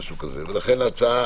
לכן זו הצעה